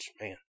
Man